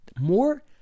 More